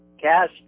Cash